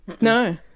No